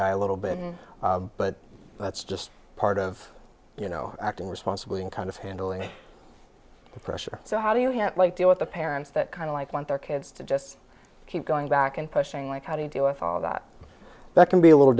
guy a little bit but that's just part of you know acting responsibly and kind of handling the pressure so how do you have like deal with the parents that kind of like want their kids to just keep going back and pushing like how do you deal with that that can be a little